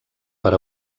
per